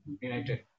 United